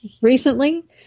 recently